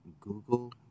Google